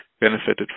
benefited